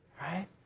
Right